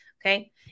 Okay